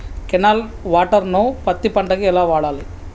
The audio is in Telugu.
కెనాల్ వాటర్ ను పత్తి పంట కి ఎలా వాడాలి?